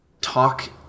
talk